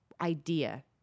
idea